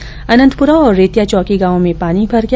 कोटा के अनंतपुरा और रेत्या चौकी गांव में पानी भर गया